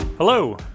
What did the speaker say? Hello